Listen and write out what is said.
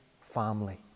family